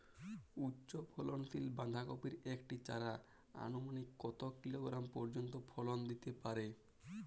উচ্চ ফলনশীল বাঁধাকপির একটি চারা আনুমানিক কত কিলোগ্রাম পর্যন্ত ফলন দিতে পারে?